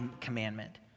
commandment